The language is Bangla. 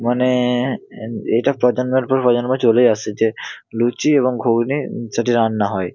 মানে এটা প্রজন্মের পর প্রজন্ম চলে আসসে যে লুচি এবং ঘুগনি সেটি রান্না হয়